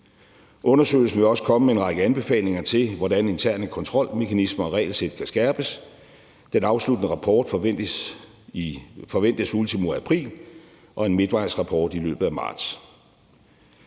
Undersøgelsen vil også komme med en række anbefalinger til, hvordan interne kontrolmekanismer og regelsæt kan skærpes. Den afsluttende rapport forventes ultimo april, og en midtvejsrapport i løbet af marts.